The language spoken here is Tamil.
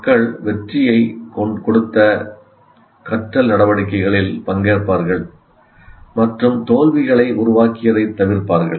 மக்கள் வெற்றியைக் கொடுத்த கற்றல் நடவடிக்கைகளில் பங்கேற்பார்கள் மற்றும் தோல்விகளை உருவாக்கியதைத் தவிர்ப்பார்கள்